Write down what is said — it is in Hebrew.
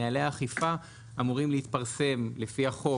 נהלי האכיפה אמורים להתפרסם לפי החוק.